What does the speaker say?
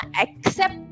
accept